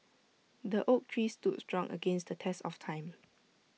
the oak tree stood strong against the test of time